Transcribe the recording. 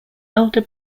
older